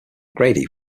grady